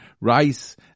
rice